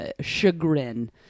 chagrin